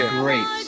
great